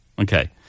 Okay